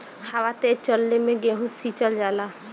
हवा तेज चलले मै गेहू सिचल जाला?